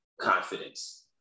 confidence